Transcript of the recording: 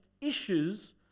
issues